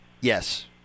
Yes